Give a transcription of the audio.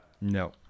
No